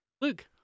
Luke